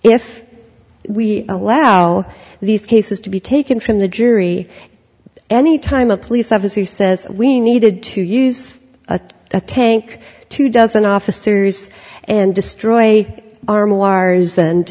if we allow these cases to be taken from the jury any time a police officer says we needed to use that tank two dozen officers and destroy our wires and